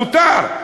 מותר.